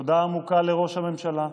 תודה עמוקה לראש הממשלה,